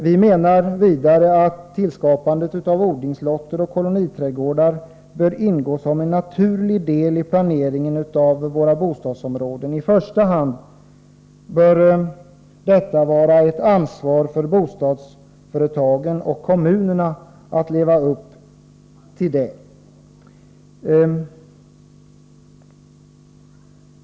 Vi menar vidare att tillskapandet av odlingslotter och koloniträdgårdar bör ingå som en naturlig del i planeringen av våra bostadsområden. I första hand bör det vara ett ansvar för bostadsföretagen och kommunerna att leva upp till detta.